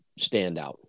standout